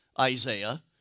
Isaiah